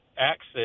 access